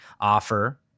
offer